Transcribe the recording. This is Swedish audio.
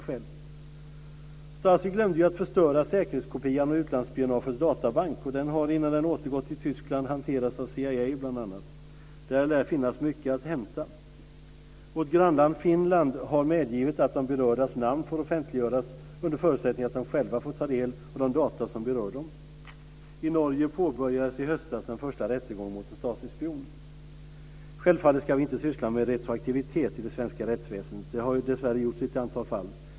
STASI glömde att förstöra säkerhetskopian av utlandsspionagets databank, och den har innan den återgått till Tyskland hanterats av CIA, bl.a. Där lär finnas mycket att hämta. Vårt grannland Finland har medgivit att de berördas namn får offentliggöras under förutsättning att de själva får ta del av de data som berör dem. I Norge påbörjades i höstas den första rättegången mot en Självfallet ska vi inte syssla med retroaktivitet i det svenska rättsväsendet. Det har dessvärre gjorts i ett antal fall.